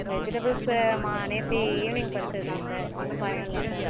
வெஜிடபிள்ஸை மா நேற்று ஈவினிங் பறிச்சது தான் சார் ஒன்றும் பயம் இல்லை சார்